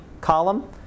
column